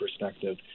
perspective